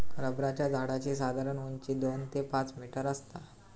रबराच्या झाडाची साधारण उंची दोन ते पाच मीटर आसता